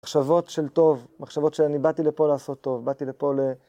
מחשבות של טוב, מחשבות שאני באתי לפה לעשות טוב, באתי לפה ל...